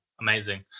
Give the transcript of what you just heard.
amazing